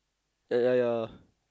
ya ya ya